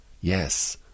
Yes